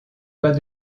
pas